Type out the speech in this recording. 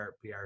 PR